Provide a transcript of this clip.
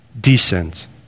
descends